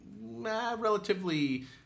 relatively